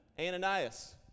Ananias